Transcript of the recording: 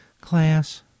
Class